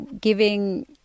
giving